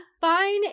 fine